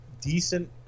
decent